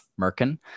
Merkin